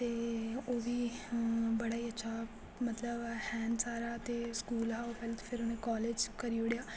ते ओह् बी बड़ा ही अच्छा मतलब हैन सारा तु स्कूल हा पैह्लै ते फिर उन्ने कालेज करी ओड़ेआ